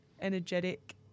energetic